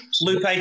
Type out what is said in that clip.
Lupe